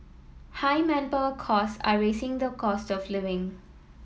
high manpower costs are raising the cost of living